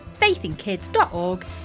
faithinkids.org